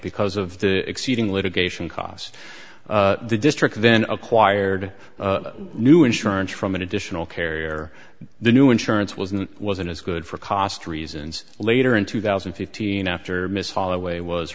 because of the exceeding litigation cost the district then acquired new insurance from an additional carrier the new insurance wasn't wasn't as good for cost reasons later in two thousand and fifteen after miss holloway was